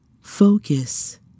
Focus